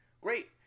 great